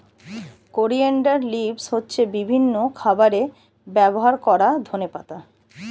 coriander leaves হচ্ছে বিভিন্ন খাবারে ব্যবহার করা ধনেপাতা